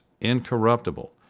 incorruptible